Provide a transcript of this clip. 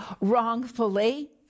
wrongfully